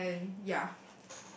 and ya